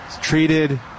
treated